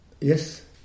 yes